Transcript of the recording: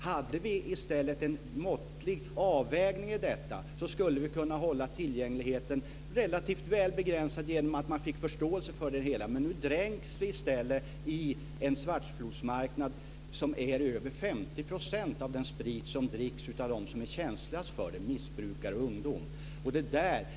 Hade vi i stället en måttlig avvägning skulle vi kunna begränsa tillgängligheten relativt väl genom att folk fick förståelse för politiken, men nu dränks vi i stället i en flod av svartsprit. Svartspriten utgör över 50 % av den sprit som dricks av dem som är känsligast för det, dvs. missbrukare och ungdom.